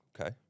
okay